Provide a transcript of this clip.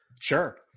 sure